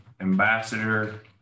ambassador